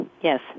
Yes